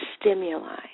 stimuli